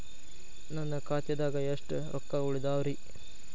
ನನ್ನ ಖಾತೆದಾಗ ಎಷ್ಟ ರೊಕ್ಕಾ ಉಳದಾವ್ರಿ?